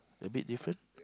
a bit different